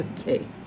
Okay